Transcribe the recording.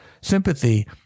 sympathy